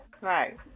Right